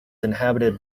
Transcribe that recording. inhabited